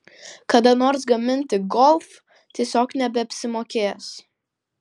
kada nors gaminti golf tiesiog nebeapsimokės